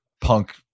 punk